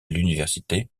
l’université